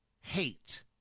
hate